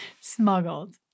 smuggled